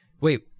wait